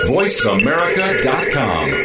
VoiceAmerica.com